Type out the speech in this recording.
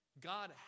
God